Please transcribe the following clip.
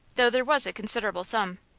though there was a considerable sum.